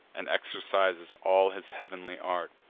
and exercises all his heav'nly art.